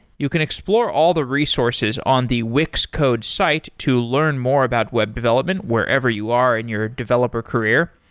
you can explore all the resources on the wix code's site to learn more about web development wherever you are in your developer career.